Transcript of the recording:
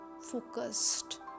focused